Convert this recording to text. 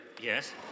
Yes